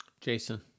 Jason